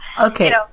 Okay